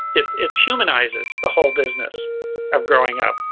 it it humanizes the whole business of growing up,